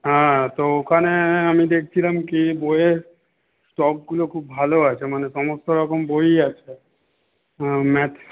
হ্যাঁ তো ওখানে আমি দেখছিলাম কী বইয়ের স্টকগুলো খুব ভালো আছে মানে সমস্ত রকম বই আছে ম্যাথ